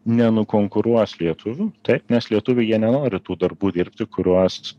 nenukonkuruos lietuvių taip mes lietuviai jie nenori tų darbų dirbti kuriuos